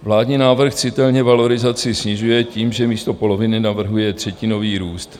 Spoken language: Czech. Vládní návrh citelně valorizaci snižuje tím, že místo poloviny navrhuje třetinový růst.